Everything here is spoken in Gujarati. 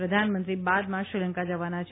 પ્રધાનમંત્રી બાદમાં શ્રીલંકા જવાના છે